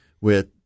with-